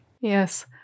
Yes